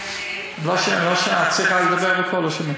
לא שומעים.